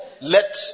let